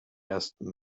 ersten